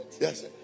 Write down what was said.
Yes